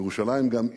ירושלים גם איחדה,